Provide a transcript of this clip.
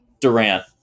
Durant